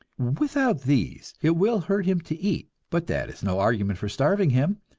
without these, it will hurt him to eat but that is no argument for starving him.